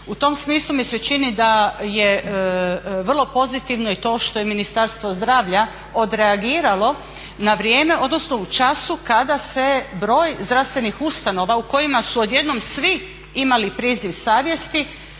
U tom smislu mi se čini da je vrlo pozitivno i to što je Ministarstvo zdravlja odreagiralo na vrijeme odnosno u času kada se broj zdravstvenih ustanova u kojima su odjednom svi imali priziv savjesti